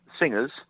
singers